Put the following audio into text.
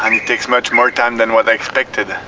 i mean it takes much more time than what i expected.